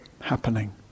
happening